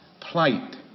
plight